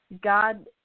God